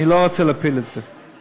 אני לא רוצה להפיל את זה.